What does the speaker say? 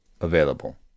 available